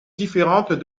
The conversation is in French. différentes